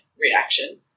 reaction